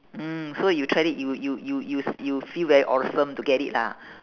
mm so you tried it you you you you s~ you feel very awesome to get it lah